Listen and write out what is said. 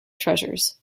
treasures